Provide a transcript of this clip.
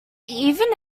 even